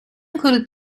included